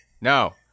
No